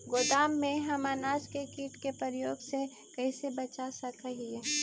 गोदाम में हम अनाज के किट के प्रकोप से कैसे बचा सक हिय?